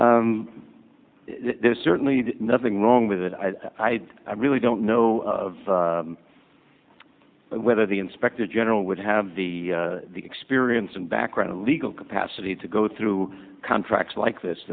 there's certainly nothing wrong with it i really don't know of whether the inspector general would have the experience and background of legal capacity to go through contracts like this